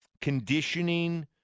conditioning